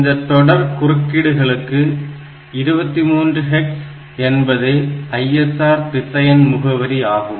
இந்த தொடர் குறிக்கீடுகளுக்கு 23 hex என்பதே ISR திசையன் முகவரி ஆகும்